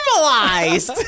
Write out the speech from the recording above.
normalized